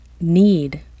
need